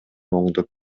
оңдоп